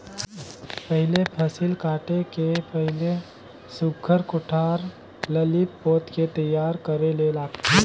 पहिले फसिल काटे के पहिले सुग्घर कोठार ल लीप पोत के तइयार करे ले लागथे